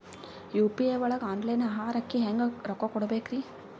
UPI ಒಳಗ online ಆಹಾರಕ್ಕೆ ಹೆಂಗ್ ರೊಕ್ಕ ಕೊಡಬೇಕ್ರಿ?